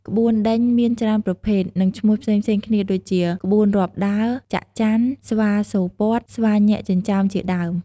ក្បួនដេញមានច្រើនប្រភេទ និងឈ្មោះផ្សេងៗគ្នា ដូចជា ក្បួនរាប់ដើរ, ច័ក្កច័ន, ស្វាសួរព្រ័ត, ស្វាញាក់ចិញ្ចើម ជាដើម។